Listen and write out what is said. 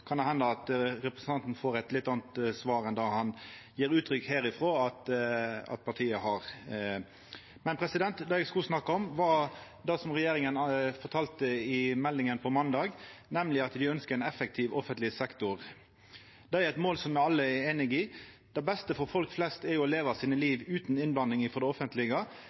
kan det henda at representanten får eit litt anna svar enn han gjev uttrykk for herifrå at partiet har. Det eg skulle snakka om, var det regjeringa fortalde om i meldinga på fredag, nemleg at dei ønskjer ein effektiv offentleg sektor. Det er eit mål me alle er einige i. Det beste for folk flest er jo å leva sine liv utan innblanding frå det offentlege,